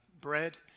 bread